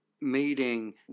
meeting